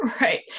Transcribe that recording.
right